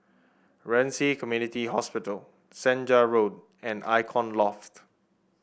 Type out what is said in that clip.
Ren Ci Community Hospital Senja Road and Icon Loft